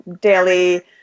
daily